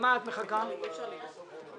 הפניות אושרו.